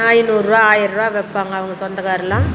ஐநூறுபா ஆயர்ரூபா வைப்பாங்க அவங்க சொந்தக்காருலாம்